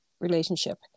relationship